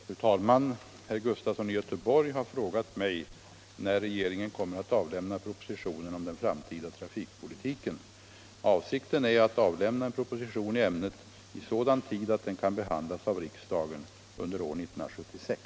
Fru talman! Herr Sven Gustafson i Göteborg har frågat mig, när regeringen kommer att avlämna propositionen om den framtida trafikpolitiken. Avsikten är att avlämna en proposition i ämnet i sådan tid att den kan behandlas av riksdagen under år 1976.